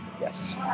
Yes